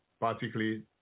particularly